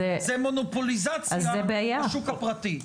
זה מונופוליזציה בשוק הפרטי,